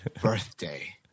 birthday